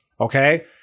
okay